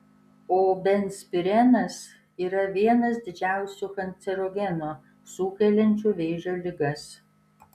o benzpirenas yra vienas didžiausių kancerogenų sukeliančių vėžio ligas